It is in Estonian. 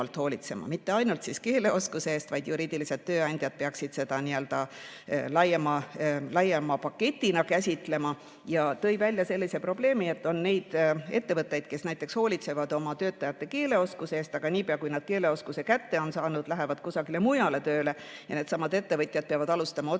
mitte ainult keeleoskuse eest, vaid juriidilised tööandjad peaksid seda laiema paketina käsitlema. Ta tõi välja probleemi, et on ettevõtteid, kes hoolitsevad oma töötajate keeleoskuse eest, aga niipea, kui inimesed keeleoskuse kätte on saanud, lähevad nad kusagile mujale tööle ja need ettevõtjad peavad alustama otsast peale